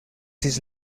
his